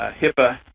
ah hipaa,